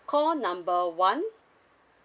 call number one